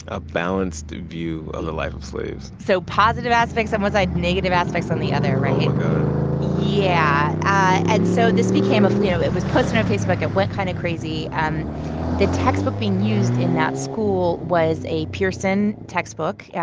a balanced view of the life of slaves so positive aspects on one side, negative aspects on the other, right my god yeah. and so this became a you know, it was posted on facebook. it went kind of crazy. um the textbook being used in that school was a pearson textbook, yeah